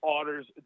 Otters